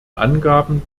angaben